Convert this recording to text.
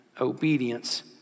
obedience